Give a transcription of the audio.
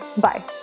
Bye